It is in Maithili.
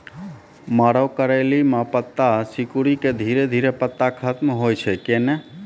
मरो करैली म पत्ता सिकुड़ी के धीरे धीरे पत्ता खत्म होय छै कैनै?